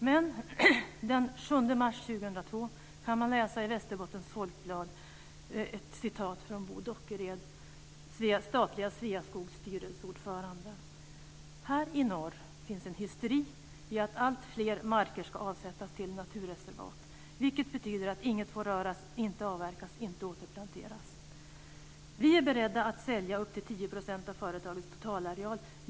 Men den 7 mars 2002 kunde man i Västerbottens Folkblad läsa ett citat från Bo Dockered, statliga Sveaskogs styrelseordförande: "Här i norr finns en hysteri i att allt fler marker ska avsättas till naturreservat, vilket betyder att inget får röras, inte avverkas, inte återplanteras. Vi är beredda att sälja upp till tio procent av företagets totalareal.